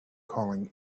calling